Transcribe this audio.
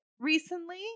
Recently